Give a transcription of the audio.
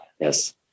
Yes